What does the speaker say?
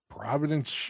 providence